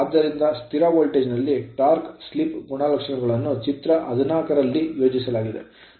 ಆದ್ದರಿಂದ ಸ್ಥಿರ ವೋಲ್ಟೇಜ್ ನಲ್ಲಿ torque ಟಾರ್ಕ್ slip ಸ್ಲಿಪ್ ಗುಣಲಕ್ಷಣವನ್ನು ಚಿತ್ರ 14 ರಲ್ಲಿ ಯೋಜಿಸಲಾಗಿದೆ